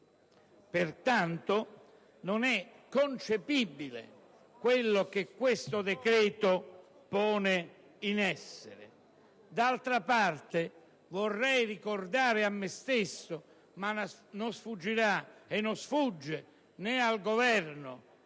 Pertanto, non è concepibile ciò che questo decreto-legge pone in essere. D'altra parte, vorrei ricordare a me stesso, ma non sfuggirà e non sfugge né al Governo,